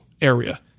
area